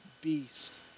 beast